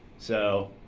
so,